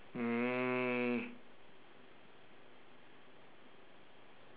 mm